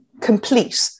complete